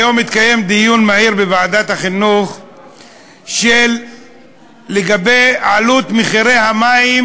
היום התקיים דיון מהיר בוועדת החינוך לגבי עלות המים